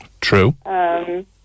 True